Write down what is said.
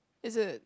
is it